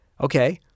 Okay